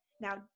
Now